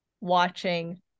watching